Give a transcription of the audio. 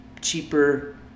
cheaper